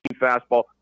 fastball